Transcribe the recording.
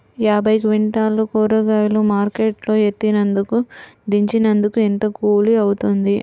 యాభై క్వింటాలు కూరగాయలు మార్కెట్ లో ఎత్తినందుకు, దించినందుకు ఏంత కూలి అవుతుంది?